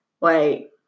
wait